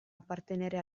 appartenere